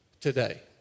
today